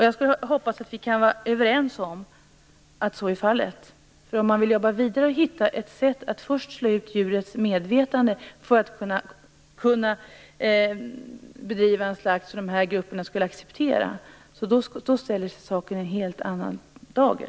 Jag hoppas att vi kan vara överens om att så är fallet. Om man vill jobba vidare och hitta ett sätt att först slå ut djurets medvetande för att kunna bedriva en slakt som de här grupperna skulle acceptera, ja, då ställs saken i en helt annan dager.